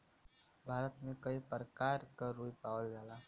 भारत में कई परकार क रुई पावल जाला